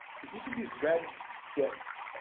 each of these red bits